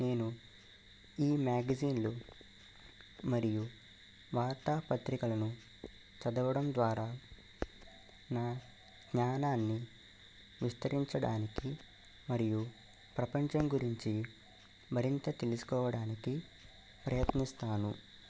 నేను ఈ మ్యాగజైన్లు మరియు వార్తా పత్రికలను చదవడం ద్వారా నా జ్ఞానాన్ని విస్తరించడానికి మరియు ప్రపంచం గురించి మరింత తెలుసుకోవడానికి ప్రయత్నిస్తాను